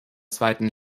zweiten